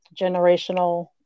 generational